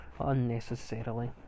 unnecessarily